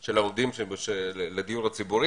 של הדיור הציבורי.